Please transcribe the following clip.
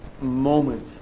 moment